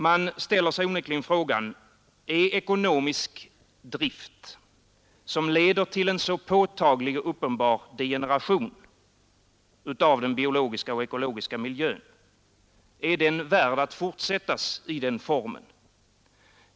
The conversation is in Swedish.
Man ställer sig onekligen frågan: Är ekonomisk drift, som leder till en så påtaglig och uppenbar degeneration av den biologiska och ekologiska miljön, värd att fortsättas i den formen?